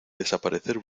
desaparecer